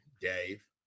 Dave